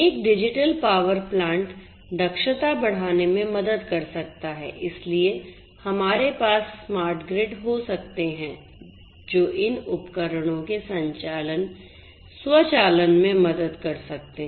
एक digital power plant दक्षता बढ़ाने में मदद कर सकता है इसलिए हमारे पास स्मार्ट ग्रिड हो सकते हैं जो इन उपकरणों के स्वचालन में मदद कर सकते हैं